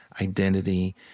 identity